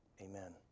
Amen